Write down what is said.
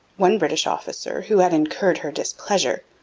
one british officer, who had incurred her displeasure,